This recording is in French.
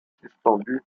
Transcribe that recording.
suspendue